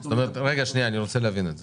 אני רוצה להבין את זה,